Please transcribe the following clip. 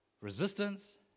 resistance